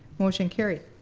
motion carried.